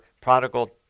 prodigal